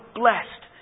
blessed